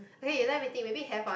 okay let me think maybe have one